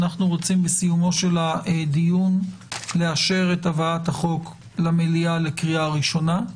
אנחנו רוצים בסיומו של הדיון לאשר את העברת החוק למליאה לקריאה הראשונה.